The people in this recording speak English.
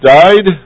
died